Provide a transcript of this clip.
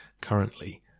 currently